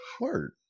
Word